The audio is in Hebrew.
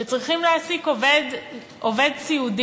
שצריכים להעסיק עובד סיעודי